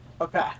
Okay